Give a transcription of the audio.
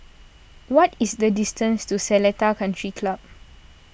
what is the distance to Seletar Country Club